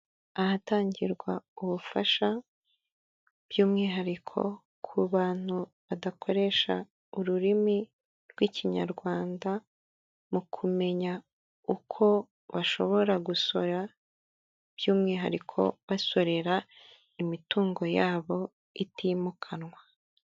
Ahatangirwa ubufasha by'umwihariko ku bantu badakoresha ururimi rw'ikinyarwanda mu kumenya uko bashobora gusora by'umwihariko basorera imitungo yabo itimukanwa.